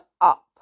up